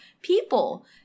people